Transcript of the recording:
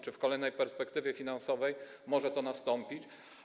Czy w kolejnej perspektywie finansowej może to nastąpić?